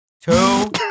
two